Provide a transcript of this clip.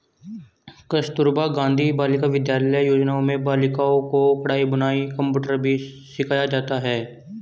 कस्तूरबा गाँधी बालिका विद्यालय योजना में बालिकाओं को कढ़ाई बुनाई कंप्यूटर भी सिखाया जाता है